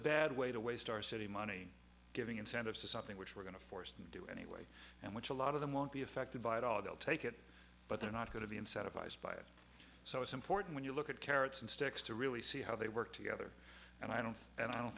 bad way to waste our city money giving incentives to something which we're going to force them to do anyway and which a lot of them won't be affected by it all they'll take it but they're not going to be incentivized by it so it's important when you look at carrots and sticks to really see how they work together and i don't and i don't